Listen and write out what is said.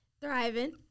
Thriving